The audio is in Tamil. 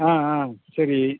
ஆ ஆ சரி